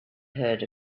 heard